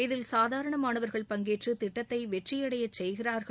இதில் சாதாரணவர்கள் பங்கேற்று திட்டத்தை வெற்றியடையச் செய்கிறார்கள்